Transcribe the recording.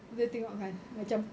dia tengokkan macam